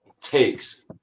takes